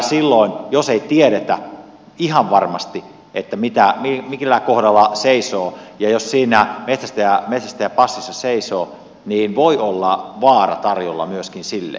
silloin jos ei tiedetä ihan varmasti millä kohdalla seisoo ja jos siinä metsästäjä passissa seisoo niin voi olla vaara tarjolla myöskin hänelle